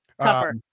Tougher